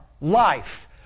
life